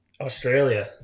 Australia